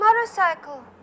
motorcycle